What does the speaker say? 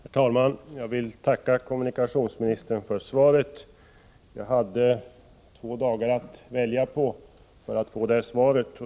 Herr talman! Jag vill tacka kommunikationsministern för svaret. Jag hade två dagar att välja på för att få svaret.